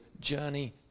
journey